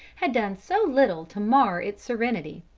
had done so little to mar its serenity.